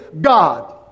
God